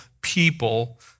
people